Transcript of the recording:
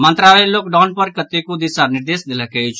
मंत्रालय लॉकडाउन पर कतेको दिशा निर्देश देलक अछि